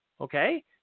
Okay